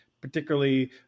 Particularly